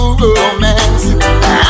romance